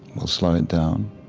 we'll slow it down,